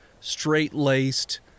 straight-laced